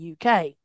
uk